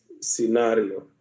scenario